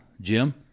Jim